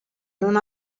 non